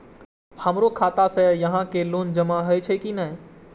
हमरो खाता से यहां के लोन जमा हे छे की ने?